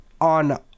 on